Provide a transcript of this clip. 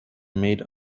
made